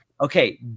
Okay